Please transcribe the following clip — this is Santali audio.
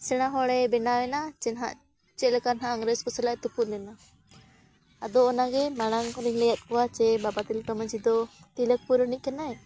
ᱥᱮᱬᱟ ᱦᱚᱲᱮ ᱵᱮᱱᱟᱣ ᱮᱱᱟ ᱡᱮ ᱱᱟᱦᱟᱸᱜ ᱪᱮᱫ ᱞᱮᱠᱟ ᱱᱟᱦᱟᱜ ᱤᱝᱨᱮᱡᱽ ᱠᱚ ᱥᱟᱞᱟᱜ ᱛᱩᱯᱩᱫ ᱞᱮᱱᱟ ᱟᱫᱚ ᱚᱱᱟᱜᱮ ᱢᱟᱲᱟᱝ ᱠᱷᱚᱱᱮᱧ ᱞᱟᱹᱭᱟᱫ ᱠᱚᱣᱟ ᱡᱮ ᱵᱟᱵᱟ ᱛᱤᱞᱠᱟᱹ ᱢᱟᱹᱡᱷᱤ ᱫᱚ ᱛᱤᱞᱟᱹᱯᱩᱨ ᱨᱤᱱᱤᱡ ᱠᱟᱱᱟᱭ